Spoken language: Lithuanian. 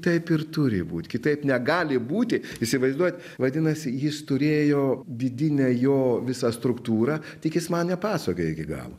taip ir turi būt kitaip negali būti įsivaizduojat vadinasi jis turėjo vidinę jo visą struktūrą tik jis man nepasakojo iki galo